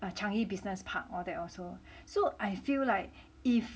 the changi business park all that also so I feel like if